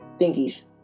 thingies